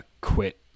quit